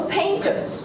painters